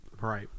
Right